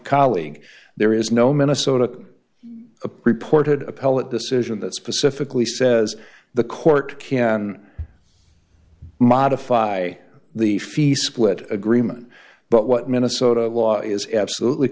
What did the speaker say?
colleague there is no minnesota a proportionate appellate decision that specifically says the court can modify the fee split agreement but what minnesota law is absolutely